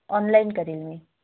online करीन मी